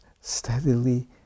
steadily